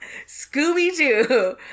Scooby-Doo